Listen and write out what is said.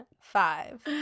five